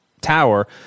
tower